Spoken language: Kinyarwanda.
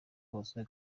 kose